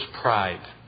pride